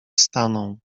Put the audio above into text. staną